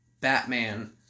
Batman